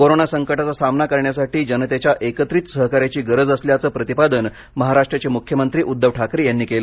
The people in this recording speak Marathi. कोरोना संकटाचा सामना करण्यासाठी जनतेच्या एकत्रित सहकार्याची गरज असल्याचं प्रतिपादन महाराष्ट्राचे मुख्यमंत्री उद्धव ठाकरे यांनी केलं